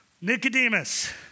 Nicodemus